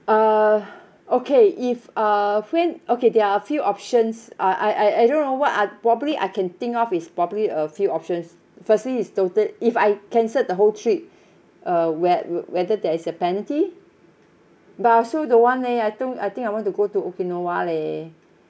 uh okay if uh when okay there are few options I I I I don't know what are probably I can think of is probably a few options firstly is total if I cancel the whole trip uh wheth~ whether there is a penalty but I also don't want leh I think I think I want to go to okinawa leh